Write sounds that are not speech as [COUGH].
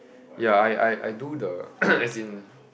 ya I I I do the [COUGHS] as in